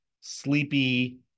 sleepy